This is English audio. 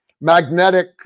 magnetic